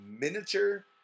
miniature